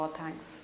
thanks